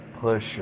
push